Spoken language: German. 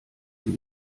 die